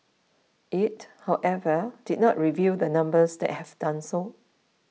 it however did not reveal the numbers that have done so